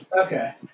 okay